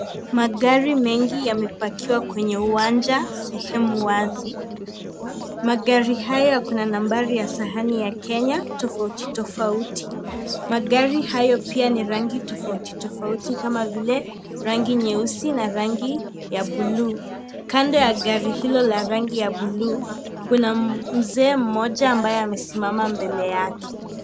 Magari mingi yamepakiwa kwenye uwanja sehemu wazi ,magari haya kuna nambari ya sahani ya Kenya tofauti tofauti, magari hayo pia ni rangi tofauti tofauti kama vile rangi nyeusi na rangi ya buluu kando ya gari hilo la buluu kuna mzee mmoja ambaye amesimama mbele yake.